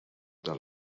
the